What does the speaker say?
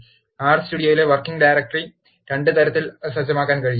R സ്റ്റുഡിയോയിലെ working directory 2 തരത്തിൽ സജ്ജമാക്കാൻ കഴിയും